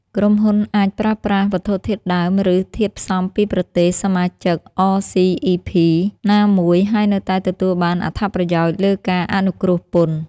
ក្រុមហ៊ុនអាចប្រើប្រាស់វត្ថុធាតុដើម ឬធាតុផ្សំពីប្រទេសសមាជិក អ សុី អុី ភី (RCEP)ណាមួយ ហើយនៅតែទទួលបានអត្ថប្រយោជន៍លើការអនុគ្រោះពន្ធ។